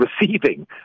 receiving